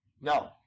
No